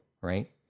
right